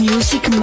Music